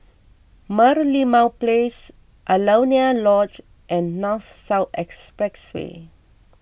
Merlimau Place Alaunia Lodge and North South Expressway